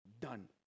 done